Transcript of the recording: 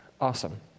Awesome